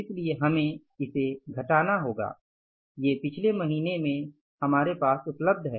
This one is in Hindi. इसलिए हमें इसे घटाना होगा ये पिछले महीने से हमारे पास उपलब्ध है